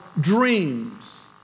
dreams